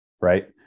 right